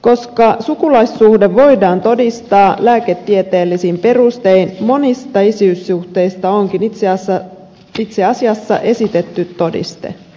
koska sukulaisuussuhde voidaan todistaa lääketieteellisin perustein monista isyyssuhteista onkin itse asiassa esitetty todiste